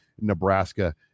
Nebraska